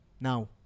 now